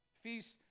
feasts